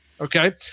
okay